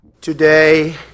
Today